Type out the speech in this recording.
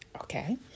Okay